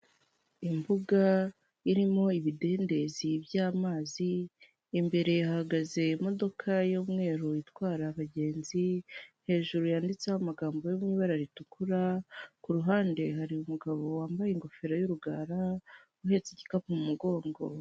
Imbuga irimo ibidendezi by'amazi imbere hahagaze imodoka y'umweru itwara abagenzi, hejuru yanditseho amagambo yo mu ibara ritukura, ku ruhande hari umugabo wambaye ingofero y'urugara uhetse igikapu mu mugongo.